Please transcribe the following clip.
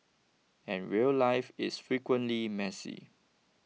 and real life is frequently messy